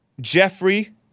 Jeffrey